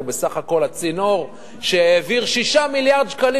הוא בסך הכול הצינור שהעביר 6 מיליארד שקלים